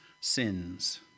sins